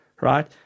right